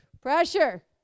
pressure